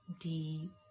deep